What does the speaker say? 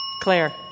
Claire